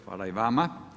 Hvala i vama.